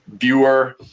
viewer